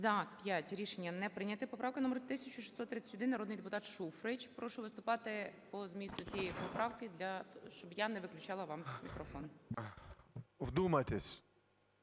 За-5 Рішення не прийняте. Поправка номер 1631, народний депутат Шуфрич. Прошу виступати по змісту цієї поправки, щоб я не виключала вам мікрофон. 13:23:47